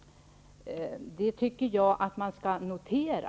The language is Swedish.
Det tycker jag att man skall notera.